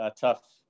tough